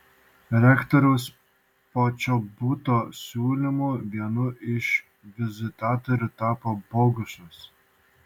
rektoriaus počobuto siūlymu vienu iš vizitatorių tapo bogušas